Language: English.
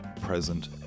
present